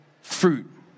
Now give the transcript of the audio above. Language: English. fruit